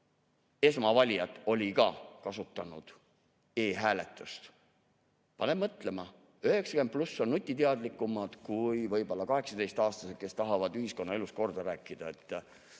esmavalijat oli ka kasutanud e‑hääletust. Paneb mõtlema, 90+ on nutiteadlikumad kui 18‑aastased, kes tahavad ühiskonnaelus kaasa rääkida.